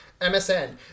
MSN